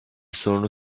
sorunu